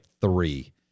three